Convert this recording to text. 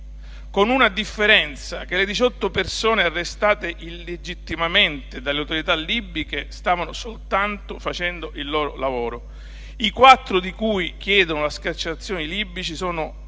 La differenza è che le 18 persone arrestate illegittimamente dalle autorità libiche stavano soltanto facendo il loro lavoro, mentre i quattro di cui chiedono la scarcerazione i libici sono